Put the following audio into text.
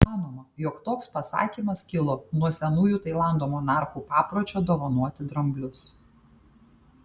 manoma jog toks pasakymas kilo nuo senųjų tailando monarchų papročio dovanoti dramblius